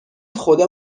خدا